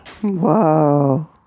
Whoa